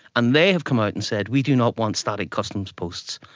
and they have come out and said we do not want static customs posts,